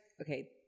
Okay